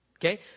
Okay